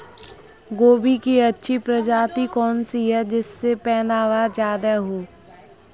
गोभी की अच्छी प्रजाति कौन सी है जिससे पैदावार ज्यादा हो?